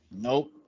Nope